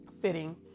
fitting